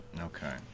Okay